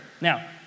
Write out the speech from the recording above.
Now